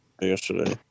Yesterday